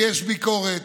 יש ביקורת,